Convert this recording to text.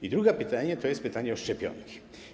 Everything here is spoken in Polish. I drugie pytanie to jest pytanie o szczepionki.